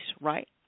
right